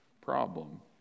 problem